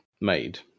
made